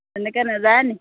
আপোনলোকে নাযায় নেকি